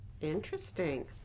Interesting